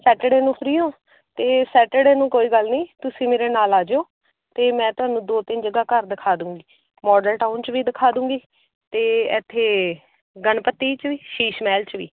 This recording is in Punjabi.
ਸੈਟਰਡੇ ਨੂੰ ਫਰੀ ਹੋ ਤਾਂ ਸੈਟਰਡੇ ਨੂੰ ਕੋਈ ਗੱਲ ਨਹੀਂ ਤੁਸੀਂ ਮੇਰੇ ਨਾਲ ਆ ਜਾਓ ਅਤੇ ਮੈਂ ਤੁਹਾਨੂੰ ਦੋ ਤਿੰਨ ਜਗ੍ਹਾ ਘਰ ਦਿਖਾ ਦਊਗੀ ਮੋਡਲ ਟਾਊਨ 'ਚ ਵੀ ਦਿਖਾ ਦੂੰਗੀ ਅਤੇ ਇੱਥੇ ਗਣਪਤੀ 'ਚ ਵੀ ਸ਼ੀਸ਼ ਮਹਿਲ 'ਚ ਵੀ